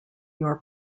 your